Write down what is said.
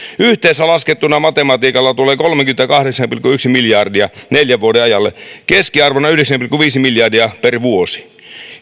yhteensä laskettuna tulee kolmekymmentäkahdeksan pilkku yksi miljardia neljän vuoden ajalle keskiarvona yhdeksän pilkku viisi miljardia per vuosi